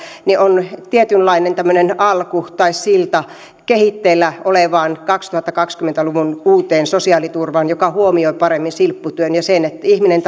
on tietynlainen tämmöinen alku tai silta kehitteillä olevaan kaksituhattakaksikymmentä luvun uuteen sosiaaliturvaan joka huomioi paremmin silpputyön ja sen että ihminen